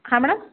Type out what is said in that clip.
ಹಾಂ ಮೇಡಮ್